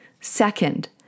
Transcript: Second